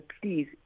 please